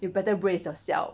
you better brace yourself